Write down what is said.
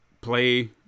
play